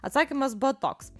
atsakymas buvo toks